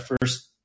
first